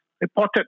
reported